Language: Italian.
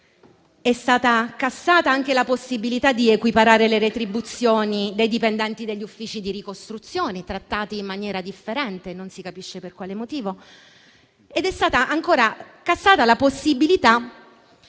l'inerzia dei privati, la possibilità di equiparare le retribuzioni dei dipendenti degli uffici di ricostruzione (trattati in maniera differente non si capisce per quale motivo); è stata inoltre cassata la possibilità